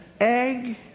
egg